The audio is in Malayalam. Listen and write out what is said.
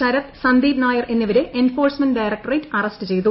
ശരത് സന്ദീപ് നായർ എന്നിവരെ എൻഫോഴ്സ്മെന്റ് ഡയറക്ടറേറ്റ് അറസ്റ്റ് ചെയ്തു